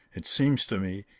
it seems to me,